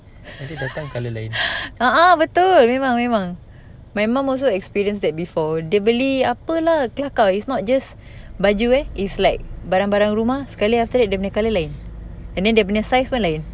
uh uh betul memang memang my mum also experience that before dia beli apa lah kelakar it's not just baju eh it's like barang-barang rumah sekali after that dia punya colour lain and then dia punya size pun lain